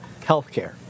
healthcare